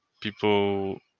people